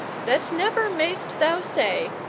that never mayst thou say,